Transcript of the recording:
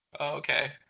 Okay